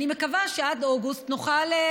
אני מקווה שעד אוגוסט נוכל.